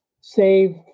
Save